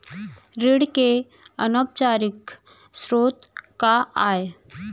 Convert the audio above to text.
ऋण के अनौपचारिक स्रोत का आय?